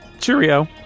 cheerio